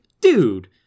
dude